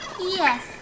Yes